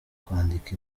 kwandika